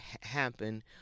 happen